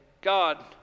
God